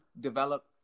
develop